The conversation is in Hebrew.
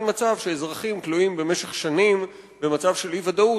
מצב שאזרחים תלויים במשך שנים במצב של אי-ודאות,